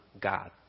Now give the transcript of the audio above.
God